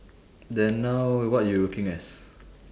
then now what you working as